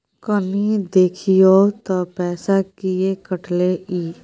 कनी देखियौ त पैसा किये कटले इ?